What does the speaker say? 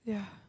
yeah